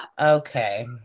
Okay